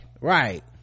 right